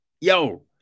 yo